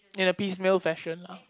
and appease male fashion lah